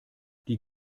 die